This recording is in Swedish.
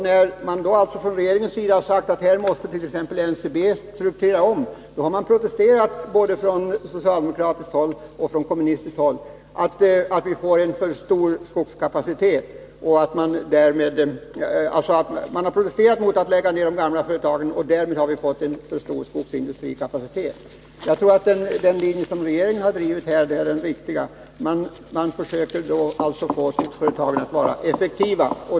När regeringen sagt att t.ex. NCB måste omstruktureras, har man protesterat från både socialdemokratiskt och kommunistiskt håll mot att gamla företag läggs ned, och därmed har vi fått för stor skogsindustrikapacitet. Jag tror att den linje som regeringen här har drivit är den riktiga. Man försöker alltså att få skogsföretagen att vara effektiva.